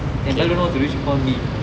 then belle don't know what to do she call me